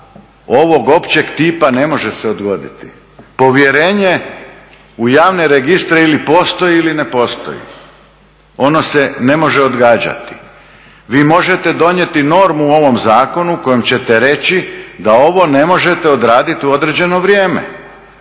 ovog općeg tipa ne može se odgoditi. Povjerenje u javne registre ili postoji ili ne postoji, ono se ne može odgađati. Vi možete donijeti normu u ovom zakonu kojom ćete reći da ovo ne možete odraditi u određeno vrijeme,